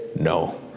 no